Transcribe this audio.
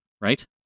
right